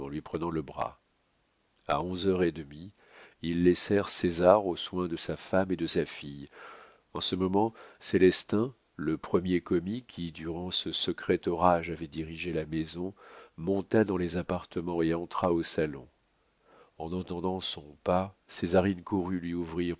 prenant le bras a onze heures et demie ils laissèrent césar aux soins de sa femme et de sa fille en ce moment célestin le premier commis qui durant ce secret orage avait dirigé la maison monta dans les appartements et entra au salon en entendant son pas césarine courut lui ouvrir